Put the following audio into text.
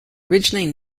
originally